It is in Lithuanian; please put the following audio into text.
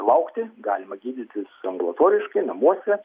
laukti galima gydytis ambulatoriškai namuose